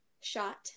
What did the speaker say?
shot